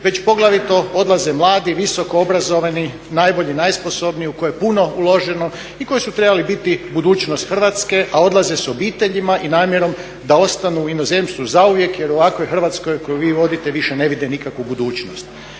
već poglavito odlaze mladi, visokoobrazovani, najbolji, najsposobniji u koje je puno uloženo i koji su trebali biti budućnost Hrvatske a odlaze sa obiteljima i namjerom da ostanu u inozemstvu zauvijek jer u ovakvoj Hrvatskoj koju vi vodite više ne vide nikakvu budućnost.